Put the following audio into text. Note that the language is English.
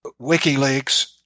WikiLeaks